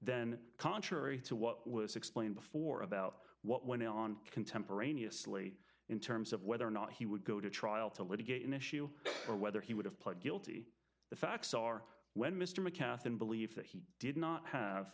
then contrary to what was explained before about what went on contemporaneously in terms of whether or not he would go to trial to litigate an issue or whether he would have pled guilty the facts are when mr mcadam believe that he did not have